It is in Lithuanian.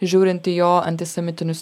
žiūrint į jo antisemitinius